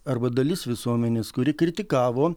arba dalis visuomenės kuri kritikavo